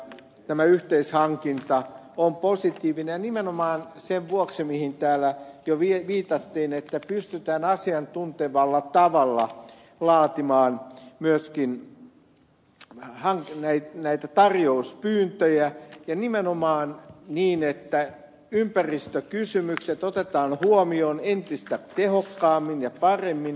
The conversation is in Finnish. tämä yhteishankinta on positiivinen nimenomaan sen vuoksi mihin täällä jo viitattiin että pystytään asiantuntevalla tavalla laatimaan myöskin näitä tarjouspyyntöjä ja nimenomaan niin että ympäristökysymykset otetaan huomioon entistä tehokkaammin ja paremmin